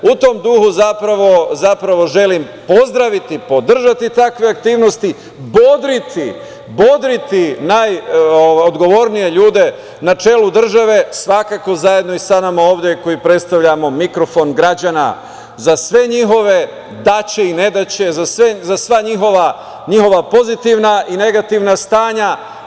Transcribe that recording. U tom duhu zapravo želim pozdraviti, podržati takve aktivnosti, bodriti najodgovornije ljude na čelu države svakako i zajedno sa nama ovde koji predstavljamo mikrofon građana za sve njihove daće i nedaće, za sva njihova pozitivna i negativna stanja.